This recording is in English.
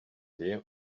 here